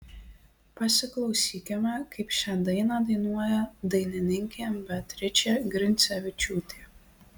pasiklausykime kaip šią dainą dainuoja dainininkė beatričė grincevičiūtė